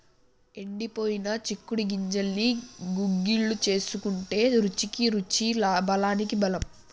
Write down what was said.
ఎండిపోయిన చిక్కుడు గింజల్ని గుగ్గిళ్లు వేసుకుంటే రుచికి రుచి బలానికి బలం